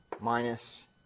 minus